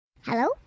Hello